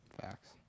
Facts